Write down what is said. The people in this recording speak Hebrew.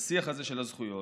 בשיח הזה של הזכויות,